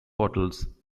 hotels